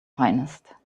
finest